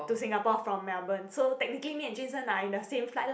to Singapore from Melbourne so technically me and Jun Sheng are in the same flight lah